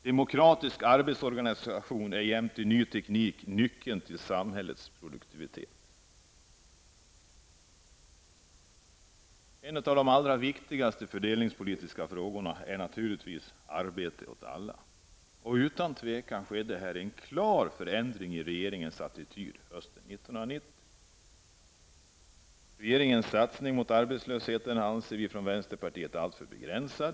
Demokratisk arbetsorganisation är jämte ny teknik nyckeln till samhällets produktivitet. En av de allra viktigaste fördelningspolitiska frågorna är naturligtvis frågan om arbete åt alla. Utan tvivel skedde en klar förändring i regeringens attityd hösten 1990. Regeringens satsning för att motverka arbetslösheten anser vi i vänsterpartiet är alltför begränsad.